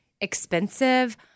expensive